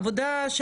עבודה,